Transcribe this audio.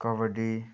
kabaddi